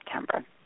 september